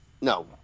no